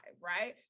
right